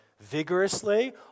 vigorously